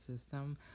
system